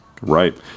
Right